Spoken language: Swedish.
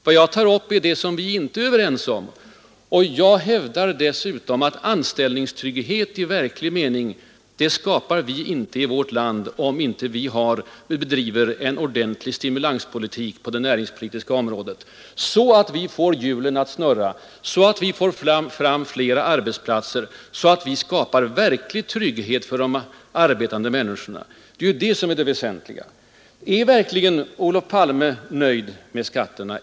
Vad jag tar upp är vad vi inte är överens om. Och jag hävdar dessutom att anställningstrygghet i verklig mening skapar vi inte i vårt land om vi inte bedriver en effektiv stimulanspolitik på det näringspolitiska området så att vi får hjulen att snurra, så att vi får fram fler arbetsplatser, så att vi skapar verklig trygghet för de arbetande människorna. Det är det väsentliga. Är verkligen Olof Palme nöjd med skatterna?